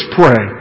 pray